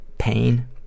pain